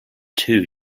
two